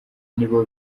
nibo